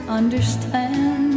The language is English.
understand